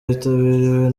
witabiriwe